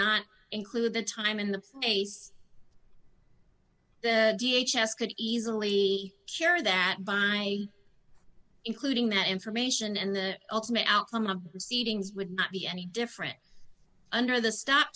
not include the time in the case the v h s could easily share that by including that information and the ultimate outcome of seedings would not be any different under the stop